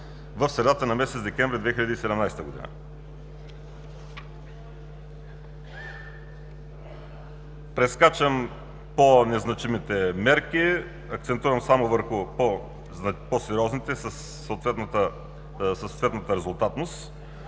в средата на месец декември 2017 г. Прескачам по-незначимите мерки, акцентирам само върху по-сериозните със съответната резултатност.